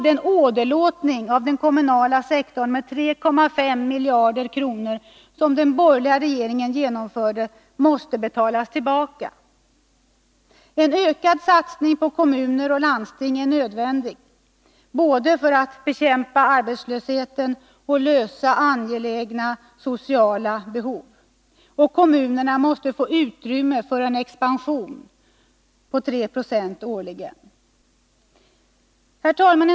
Den åderlåtning av den kommunala sektorn med 3,5 miljarder kronor som den borgerliga regeringen genomförde måste betalas tillbaka. En ökad satsning på kommuner och landsting är nödvändig både för att bekämpa arbetslösheten och för att tillgodose angelägna sociala behov. Kommunerna måste få utrymme för en expansion på 3 Yo årligen. Herr talman!